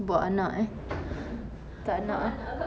buat anak eh tak nak ah